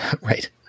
right